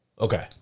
Okay